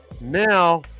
now